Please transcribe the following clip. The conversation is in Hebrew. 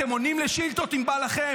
אתם עונים לשאילתות אם בא לכם.